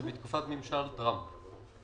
זה מתקופת ממשל טראמפ.